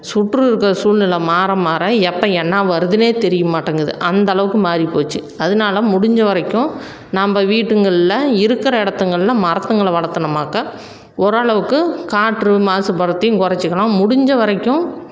சுற்று இப்போ சூழ்நில மாற மாற எப்போ என்ன வருதுனே தெரிய மாட்டேங்குது அந்த அளவுக்கு மாறிப்போச்சு அதனால முடிஞ்ச வரைக்கும் நாம்ப வீட்டுங்களில் இருக்கிற இடத்துங்கள்ல மரத்துங்களை வளர்த்துனோமாக்க ஓரளவுக்கு காற்று மாசுபட்றத்தையும் குறச்சிக்கலாம் முடிஞ்ச வரைக்கும்